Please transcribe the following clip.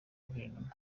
guverinoma